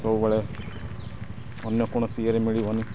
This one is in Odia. ସବୁବେଳେ ଅନ୍ୟ କୌଣସି ଇଏରେ ମିଳିବନି